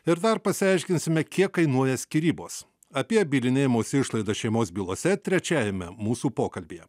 ir dar pasiaiškinsime kiek kainuoja skyrybos apie bylinėjimosi išlaidas šeimos bylose trečiajame mūsų pokalbyje